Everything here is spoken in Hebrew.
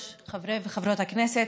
חברי וחברות הכנסת,